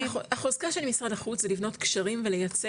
תראי החוזקה של משרד החוץ זה לבנות קשרים ולייצא